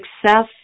success